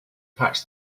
patch